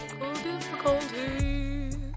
difficulties